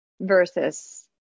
versus